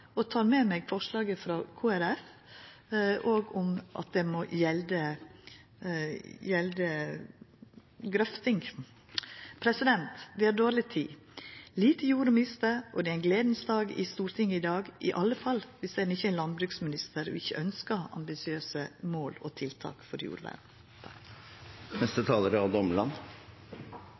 og eg tar med meg forslaget frå Kristeleg Folkeparti om at det òg må gjelda grøfting. Vi har dårleg tid og lite jord å mista. Det er en gledas dag i Stortinget i dag – iallfall om ein ikkje er landbruksminister og ikkje ønskjer ambisiøse mål og tiltak for